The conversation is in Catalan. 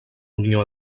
unió